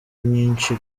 nyinshi